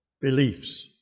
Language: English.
beliefs